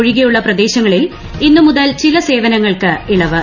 ഒഴികെയുള്ള പ്രദേശുങ്ങളിൽ ഇന്നുമുതൽ ചില സേവനങ്ങൾക്ക് ഇളവ്